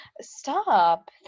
Stop